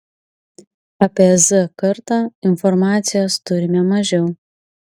apie z kartą informacijos turime mažiau